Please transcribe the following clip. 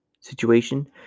situation